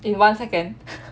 in one second